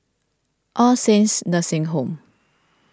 All Saints Nursing Home